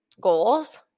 goals